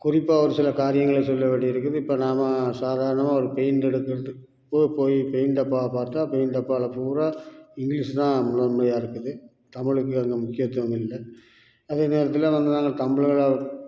குறிப்பாக ஒரு சில காரியங்களை சொல்ல வேண்டி இருக்குது இப்போ நாம சாதாரணமாக ஒரு பெயிண்ட் எடுக்கிறது போ போய் பெயிண்ட் டப்பாவை பார்த்தா பெயிண்ட் டப்பாவில் பூரா இங்கிலீஷு தான் முதன்மையாக இருக்குது தமிழுக்கு அங்கே முக்கியத்துவம் இல்லை அதே நேரத்தில் வந்து நாங்கள் தமிழராக